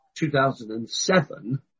2007